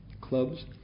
clubs